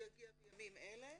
שיגיע בימים אלה.